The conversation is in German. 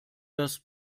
das